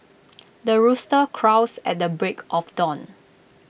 the rooster crows at the break of dawn